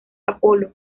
apolo